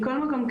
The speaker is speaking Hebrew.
מכל מקום,